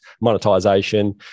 monetization